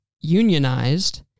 unionized